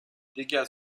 dégâts